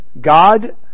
God